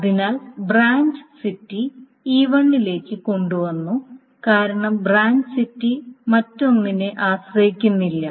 അതിനാൽ branch city E1 ലേക്ക് കൊണ്ടുവന്നു കാരണം ബ്രാഞ്ച് സിറ്റി മറ്റൊന്നിനെ ആശ്രയിക്കുന്നില്ല